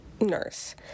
nurse